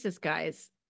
guys